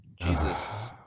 Jesus